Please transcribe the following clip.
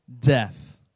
death